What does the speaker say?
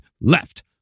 LEFT